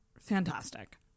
fantastic